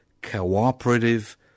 cooperative